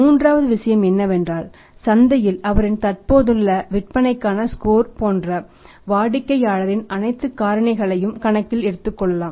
மூன்றாவது விஷயம் என்னவென்றால் சந்தையில் அவரின் தற்போதுள்ள விற்பனைக்கான ஸ்கோர் போன்ற வாடிக்கையாளரின் அனைத்து காரணிகளையும் கணக்கில் எடுத்துக்கொள்ளலாம்